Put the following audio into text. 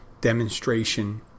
demonstration